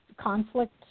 conflict